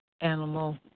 animal